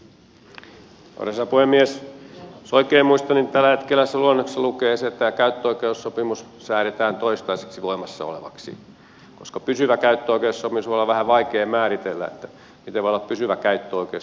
jos oikein muistan niin tällä hetkellä siinä luonnoksessa lukee se että tämä käyttöoikeussopimus säädetään toistaiseksi voimassa olevaksi koska pysyvä käyttöoikeus myös voi olla vähän vaikea määritellä miten voi olla pysyvä käyttöoikeus